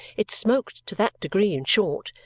it smoked to that degree, in short,